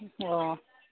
ꯑꯣ